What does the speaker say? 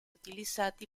utilizzati